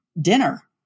dinner